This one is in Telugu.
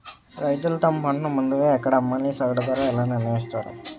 రైతులు తమ పంటను ముందుగా ఎక్కడ అమ్మాలి? సగటు ధర ఎలా నిర్ణయిస్తారు?